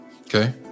okay